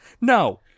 No